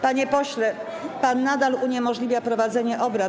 Panie pośle, pan nadal uniemożliwia prowadzenie obrad.